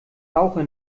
rauche